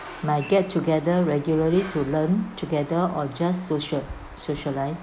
might get together regularly to learn together or just social social life